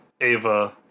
Ava